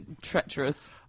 treacherous